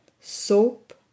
soap